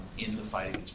in the fight against